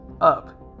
up